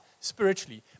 spiritually